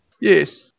Yes